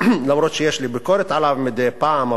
אף שיש לי ביקורת עליו מדי פעם,